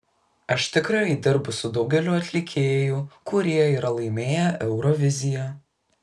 aš tikrai dirbu su daugeliu atlikėjų kurie yra laimėję euroviziją